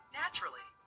naturally